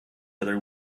other